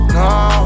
no